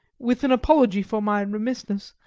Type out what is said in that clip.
with an apology for my remissness,